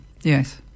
Yes